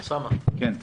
אוסאמה, בבקשה.